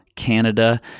Canada